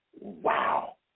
Wow